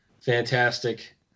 fantastic